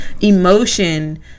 emotion